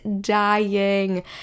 dying